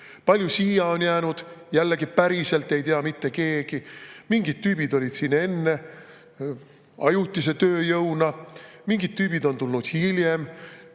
palju siia on jäänud, jällegi päriselt ei tea mitte keegi. Mingid tüübid olid siin enne ajutise tööjõuna, mingid tüübid on tulnud hiljem.